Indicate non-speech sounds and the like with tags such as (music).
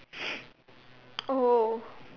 (noise) oh